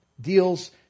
deals